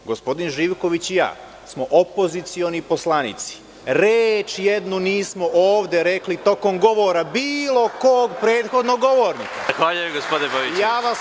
Gospodin Živković i ja smo opozicioni poslanici, reč jednu nismo ovde rekli tokom govora bilo kog prethodnog govornika.